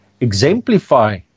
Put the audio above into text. exemplify